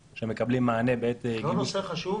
שמקבלים מענה בעת גיבוש תקציב המדינה -- זה לא נושא חשוב,